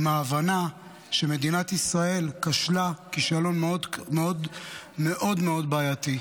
עם ההבנה שמדינת ישראל כשלה כישלון מאוד מאוד בעייתי,